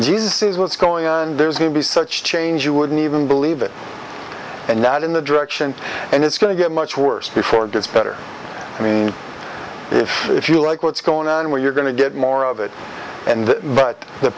jesus says what's going on there be such change you wouldn't even believe it and not in the direction and it's going to get much worse before it gets better i mean if if you like what's going on where you're going to get more of it and but the